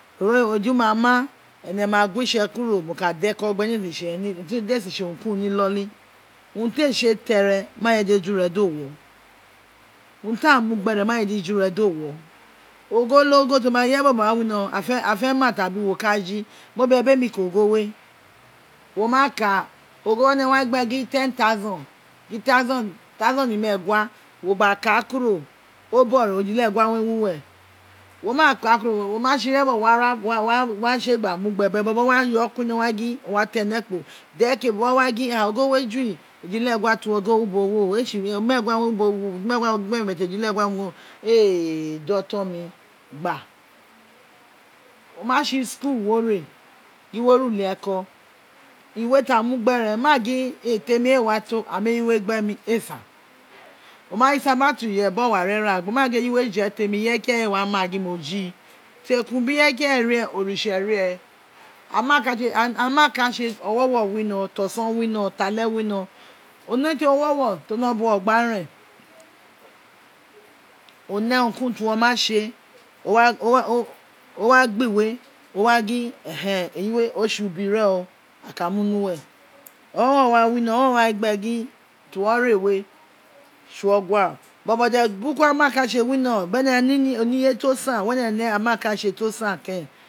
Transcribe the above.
Eji ma ma ene ma gwo itse kuro mo ka da eko gbe de ne de ne e sin tse unu ki uru ni iloli umru tee tse teei maa fedi eji re do wo urua taa mu gbe re ma je di eju re do wo ogho olo gho tom ma wino afe ma tabi woka ji mo bie tem ka ogho wo ma kaa ogho one wa gin gbe re gin gbe re gin ten thousand gin thousand imeegua wo gba ka kuro o loogho ejilegja owun re wi uwere wo ma ku kuro wo ma tse ireye bobo wo wo wa tse gba mu gbe but babo wa yo kuri inoron wo wa ri gin o wa tee ni ekpo dereke bo bo wa gin o wi ubowe nejua ti mo gin o wi ubrowe ruejilegua ti mo gin o wi ubowe rugua wo gin gbe mi but eji legha owun re wi ubo we ee do ofon mi gba o ma tsi ischool wo re gin wo re uliko iwe ta mu gbe re ma gin e temi ee wa to aghan mu ejiwe gbe mi ee san o mitse sa bati ijere bin oware ra maa gin eyiwe je temi irieji ki ireye ee wa ma gin mo ji tekue biri ireye ee rie ontse rie amakatse owuroeuro wino toson wino tale wino o neun tse ti owurowuro to no buwo gba ren o ne urun ki urun ti wo ma tse owa gba ire wo wa gun eyiwe o tse ubi ren o aku mu ni uwere owowo wa wino owowo wa gin gbe gin to wor re we tson ogha bobo de burukun amakatse wino bene ni ireye ti o san were ene ne amakatse to san keren.